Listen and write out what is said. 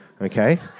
okay